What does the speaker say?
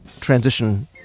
transition